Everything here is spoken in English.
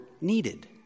needed